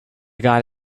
got